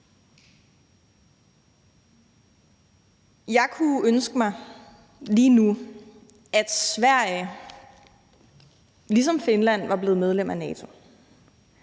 Jeg kunne ønske mig lige nu, at Sverige ligesom Finland var blevet medlem af NATO.